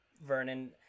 Vernon